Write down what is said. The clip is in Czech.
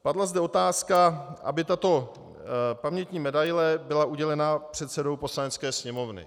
Padla zde otázka, aby tato pamětní medaile byla udělena předsedou Poslanecké sněmovny.